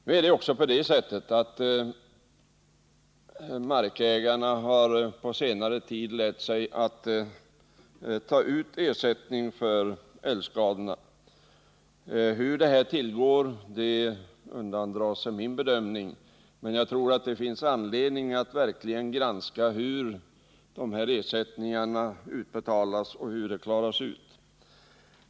Det är också på det sättet att markägarna på senare tid har lärt sig att ta ut ersättning för älgskadorna. Hur detta egentligen tillgår undandrar sig min bedömning, men jag tror det verkligen finns anledning att granska hur sådana ersättningar hanteras och utbetalas.